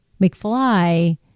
McFly